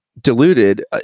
Diluted